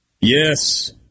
Yes